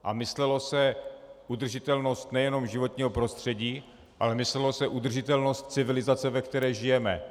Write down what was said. A myslelo se udržitelnost nejenom životního prostředí, ale myslelo se udržitelnost civilizace, ve které žijeme.